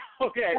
okay